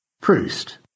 Proust